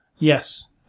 Yes